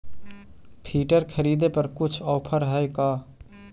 Filter खरिदे पर कुछ औफर है का?